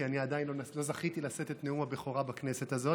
כי עדיין לא זכיתי לשאת את נאום הבכורה בכנסת הזאת.